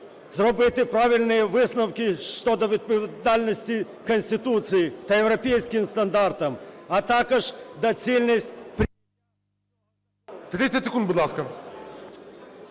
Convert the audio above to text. зробити правильні висновки щодо відповідності Конституції та європейським стандартам. А також доцільність… ГОЛОВУЮЧИЙ. 30 секунд, будь ласка.